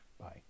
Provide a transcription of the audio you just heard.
Bye